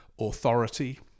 authority